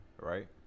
right